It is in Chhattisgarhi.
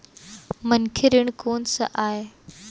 मनखे ऋण कोन स आय?